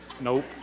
nope